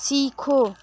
सीखो